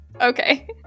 Okay